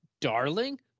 Darling